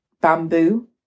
bamboo